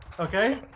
Okay